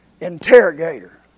interrogator